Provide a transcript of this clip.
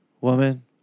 Woman